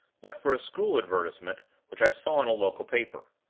but for a school advertisement which i saw in a local paper.